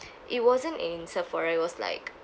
it wasn't in sephora it was like